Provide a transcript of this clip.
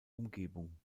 umgebung